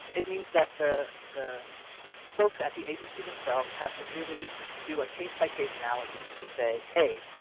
it means that the the folks at the agency themselves have to really do a case-by-case analysis to say, hey,